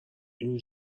این